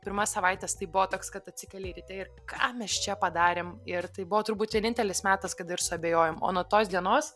pirmas savaites tai buvo toks kad atsikeli ryte ir ką mes čia padarėm ir tai buvo turbūt vienintelis metas kada ir suabejojom o nuo tos dienos